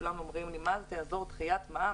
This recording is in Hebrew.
כולם אומרים לי מה תעזור דחיית מע"מ,